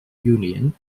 union